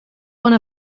one